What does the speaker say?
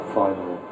final